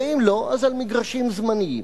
ואם לא, אז על מגרשים זמניים,